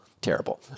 terrible